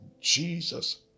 Jesus